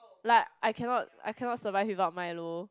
like I cannot I cannot survive without milo